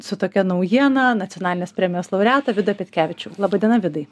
su tokia naujiena nacionalinės premijos laureatą vidą petkevičių laba diena vidai